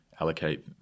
allocate